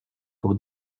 pour